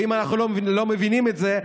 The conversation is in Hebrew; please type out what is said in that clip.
ואם אנחנו לא מבינים את זה,